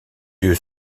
yeux